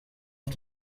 auf